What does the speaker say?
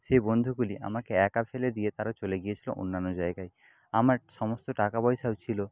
সে বন্ধুগুলি আমাকে একা ফেলে দিয়ে তারা চলে গিয়েছিলো অন্যান্য জায়গায় আমার সমস্ত টাকা পয়সাও ছিলো